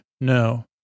No